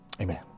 Amen